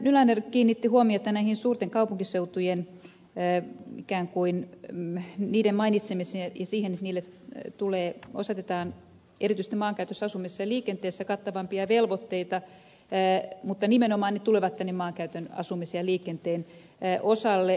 nylander kiinnitti huomiota näiden suurten kaupunkiseutujen ikään kuin mainitsemiseen ja siihen että niille osoitetaan erityisesti maankäytössä asumisessa ja liikenteessä kattavampia velvoitteita mutta nimenomaan ne tulevat tänne maankäytön asumisen ja liikenteen osalle